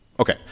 Okay